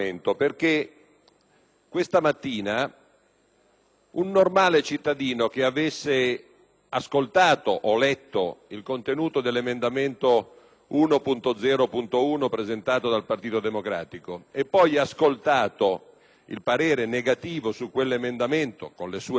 questa mattina un normale cittadino che avesse ascoltato o letto il contenuto dell'emendamento 1.0.1-*bis*, presentato dal Partito Democratico, e poi avesse ascoltato il parere negativo su quell'emendamento, con le sue motivazioni,